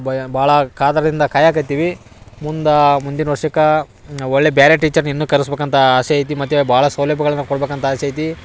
ಬಯ್ ಭಾಳ ಕಾತುರದಿಂದ ಕಾಯಕತ್ತಿವಿ ಮುಂದಾ ಮುಂದಿನ ವರ್ಷಕ್ಕ ಒಳ್ಳೆಯ ಬ್ಯಾರೆ ಟೀಚರ್ನ್ ಇನ್ನು ಕರಿಸಬೇಕಂತ ಆಸೆ ಐತಿ ಮತ್ತು ಭಾಳ ಸೌಲಭ್ಯಗಳನ್ನ ಕೊಡಬೇಕಂತ ಆಸೆ ಐತಿ